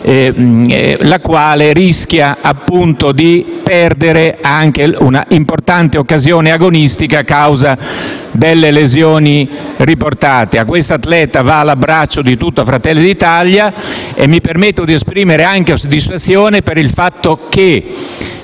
la quale rischia, appunto, di perdere anche un'importante occasione agonistica a causa del trauma riportato. A quest'atleta va l'abbraccio di tutto il Gruppo Fratelli d'Italia. E mi permetto di esprimere anche la soddisfazione per il fatto che,